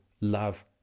love